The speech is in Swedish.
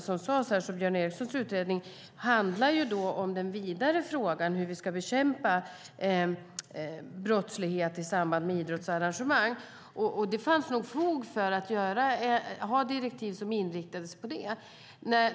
Som sades här handlar Björn Erikssons utredning om den vidare frågan om hur vi ska bekämpa brottslighet i samband med idrottsarrangemang. Det finns nog fog för att ha direktiv som inriktar sig på det.